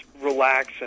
relax